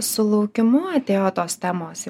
su laukimu atėjo tos temos